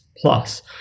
plus